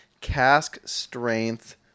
cask-strength